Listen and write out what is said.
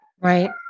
Right